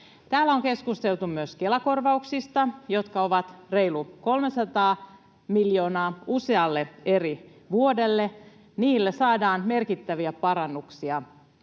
Täällä on keskusteltu myös Kela-korvauksista, jotka ovat reilu 300 miljoonaa usealle eri vuodelle. Niillä saadaan merkittäviä parannuksia